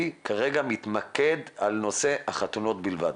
אני כרגע מתמקד בנושא החתונות בלבד.